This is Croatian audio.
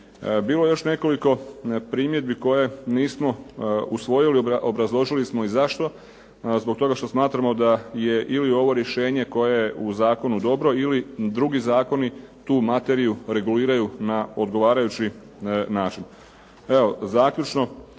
Bilo je još nekoliko primjedbi koje nismo usvojili, obrazložili smo i zašto. Zbog toga što smatramo da je ili ovo rješenje koje je u zakonu dobro ili drugi zakoni tu materiju reguliraju na odgovarajući način.